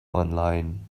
online